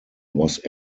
was